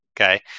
okay